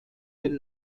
den